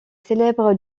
célèbre